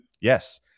Yes